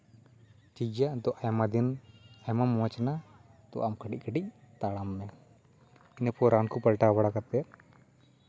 ᱴᱷᱤᱠᱜᱮᱭᱟ ᱛᱚ ᱟᱭᱢᱟ ᱫᱤᱱ ᱦᱮᱢᱟᱞ ᱢᱚᱡᱽ ᱱᱟ ᱛᱚ ᱱᱤᱛᱳᱜ ᱠᱟᱹᱴᱤᱡᱼᱠᱟᱹᱴᱤᱡ ᱛᱟᱲᱟᱢ ᱢᱮ ᱤᱱᱟᱹᱠᱚ ᱨᱟᱱ ᱠᱚ ᱯᱟᱞᱴᱟᱣ ᱵᱟᱲᱟ ᱠᱟᱛᱮ